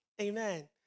Amen